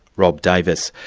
rob davis,